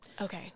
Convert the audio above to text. Okay